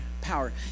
power